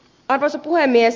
arvoisa puhemies